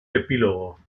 epílogo